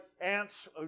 ants